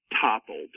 toppled